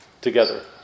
together